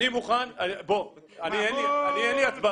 אני מוכן --- בוא, אין לי הצבעה.